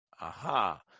Aha